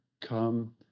come